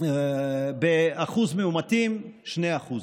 ואחוז המאומתים, 2%